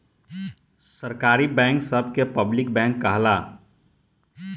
सरकारी बैंक सभ के पब्लिक बैंक भी कहाला